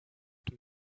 dem